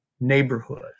neighborhood